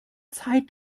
zeit